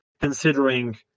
considering